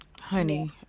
honey